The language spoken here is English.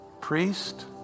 priest